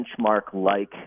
benchmark-like